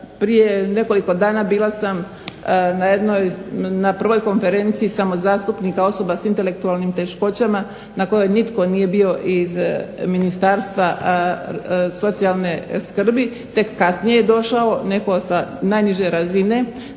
prije nekoliko dana bila sam na jednoj, na prvoj konferenciji samozastupnika osoba s intelektualnim teškoćama na kojoj nitko nije bio iz Ministarstva socijalne skrbi, tek kasnije je došao netko sa najniže razine.